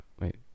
wait